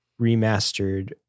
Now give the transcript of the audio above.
remastered